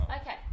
Okay